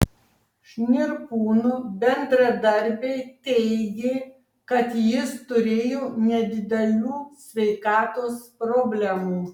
šnirpūno bendradarbiai teigė kad jis turėjo nedidelių sveikatos problemų